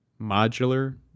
modular